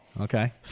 Okay